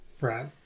Right